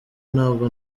ntabwo